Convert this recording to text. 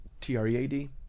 T-R-E-A-D